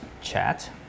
chat